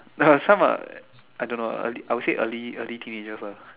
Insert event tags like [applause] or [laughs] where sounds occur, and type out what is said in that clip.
no [laughs] some are I don't know lah early I would say early early teenagers ah